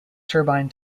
turbine